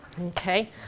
Okay